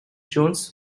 jones